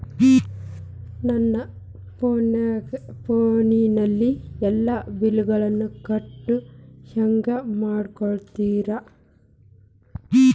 ನನ್ನ ಫೋನಿನಲ್ಲೇ ಎಲ್ಲಾ ಬಿಲ್ಲುಗಳನ್ನೂ ಕಟ್ಟೋ ಹಂಗ ಮಾಡಿಕೊಡ್ತೇರಾ?